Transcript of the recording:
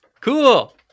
Cool